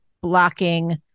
blocking